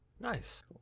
Nice